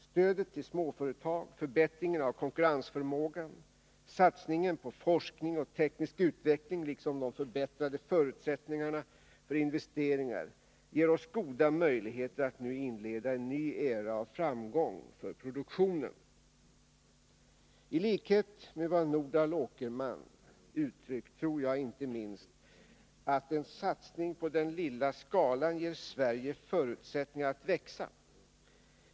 Stödet till småföretag, förbättringen av konkurrensförmågan, satsningen på forskning och teknisk utveckling liksom de förbättrade förutsättningarna för investeringar ger oss goda möjligheter att nu inleda en ny era av framgång för produktionen. I likhet med vad Nordal Åkerman uttryckt tror jag inte minst ”att en satsning på den lilla skalan ger Sverige förutsättningar att växa”.